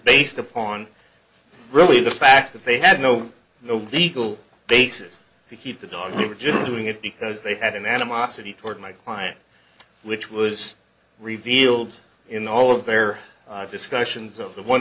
based upon really the fact that they had no no vehicle basis to keep the dog were just doing it because they had an animosity toward my client which was revealed in all of their discussions of the one